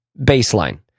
baseline